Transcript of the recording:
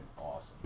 awesome